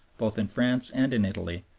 both in france and in italy,